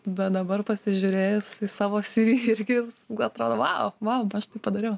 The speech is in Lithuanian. bet dabar pasižiūrėjus į savo cv irgi atrodo vau vau aš tai padariau